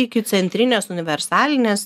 iki centrinės universalinės